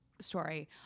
story